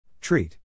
Treat